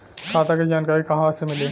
खाता के जानकारी कहवा से मिली?